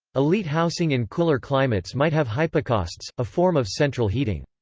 elite housing in cooler climates might have hypocausts, a form of central heating.